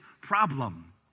problem